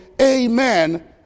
Amen